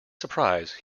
surprise